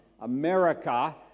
America